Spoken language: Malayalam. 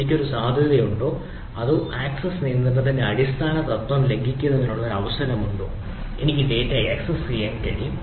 എനിക്ക് ഒരു സാധ്യതയുണ്ടോ അതോ ആക്സസ് നിയന്ത്രണത്തിന്റെ അടിസ്ഥാന തത്ത്വം ലംഘിക്കുന്നതിനുള്ള ഒരു അവസരമുണ്ടോ എനിക്ക് ഒരു ഡാറ്റ ആക്സസ് ചെയ്യാൻ കഴിയും